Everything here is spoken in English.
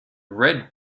red